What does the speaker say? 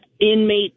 inmate